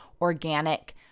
organic